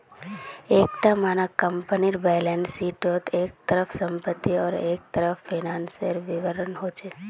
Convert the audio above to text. एक टा मानक कम्पनीर बैलेंस शीटोत एक तरफ सम्पति आर दुसरा तरफ फिनानासेर विवरण होचे